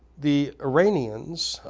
the iranians,